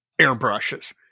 airbrushes